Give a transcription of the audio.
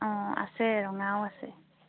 অঁ আছে ৰঙাও আছে